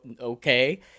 okay